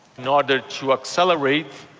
in order to accelerate,